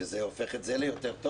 וזה הופך את זה ליותר טוב?